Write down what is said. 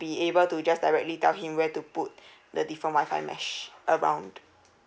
be able to just directly tell him where to put the different wi-fi mesh around